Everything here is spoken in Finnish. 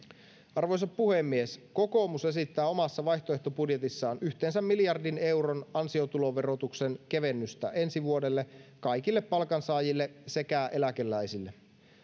arvoisa puhemies kokoomus esittää omassa vaihtoehtobudjetissaan yhteensä miljardin euron ansiotuloverotuksen kevennystä ensi vuodelle kaikille palkansaajille sekä eläkeläisille